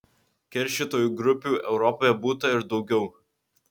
keršytojų grupių europoje būta ir daugiau